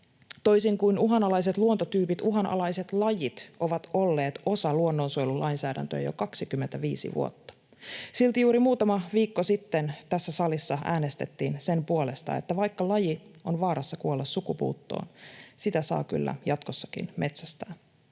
Toisin kuin uhanalaiset luontotyypit, uhanalaiset lajit ovat olleet osa luonnonsuojelulainsäädäntöä jo 25 vuotta. Silti juuri muutama viikko sitten tässä salissa äänestettiin sen puolesta, että vaikka laji on vaarassa kuolla sukupuuttoon, sitä saa kyllä jatkossakin metsästää.